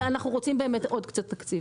אנחנו רוצים באמת עוד קצת תקציב.